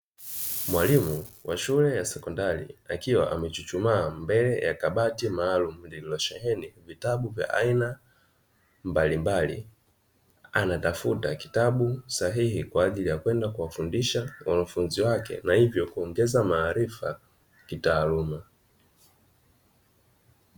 Mwalimu wa shule ya sekondari, akiwa amechuchumaa mbele ya kabati maalumu lililosheheni vitabu vya aina mbalimbali, anatafuta kitabu sahihi kwa ajili ya kwenda kuwafundisha wanafunzi wake, na hivyo kuongeza maarifa kitaaluma.